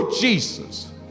Jesus